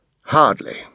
Hardly